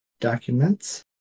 documents